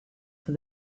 for